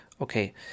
okay